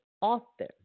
often